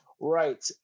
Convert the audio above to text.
Right